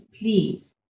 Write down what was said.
please